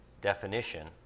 definition